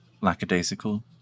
lackadaisical